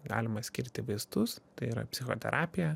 galima skirti vaistus tai yra psichoterapija